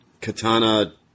Katana